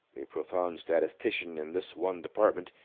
a profound statistician in this one department,